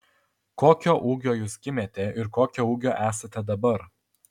kokio ūgio jūs gimėte ir kokio ūgio esate dabar